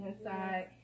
inside